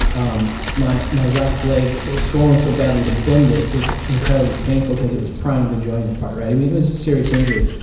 um my my left leg, it was swollen so badly to bend it was incredibly painful because it was prying the joint apart. it was a serious injury.